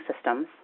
systems